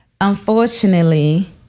Unfortunately